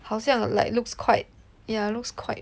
好像 like looks quite yah looks quite